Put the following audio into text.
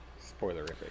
Spoilerific